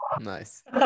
Nice